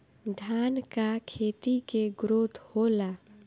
धान का खेती के ग्रोथ होला?